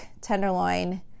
tenderloin